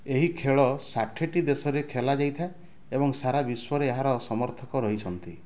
ଏହି ଖେଳ ଷାଠିଏଟି ଦେଶରେ ଖେଳା ଯାଇଥାଏ ଏବଂ ସାରା ବିଶ୍ୱରେ ଏହାର ସମର୍ଥକ ରହିଛନ୍ତି